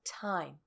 time